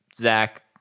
Zach